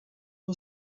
que